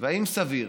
והאם סביר